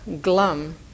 glum